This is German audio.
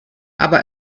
aber